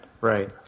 Right